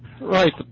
Right